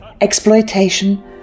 exploitation